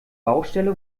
baustelle